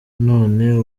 none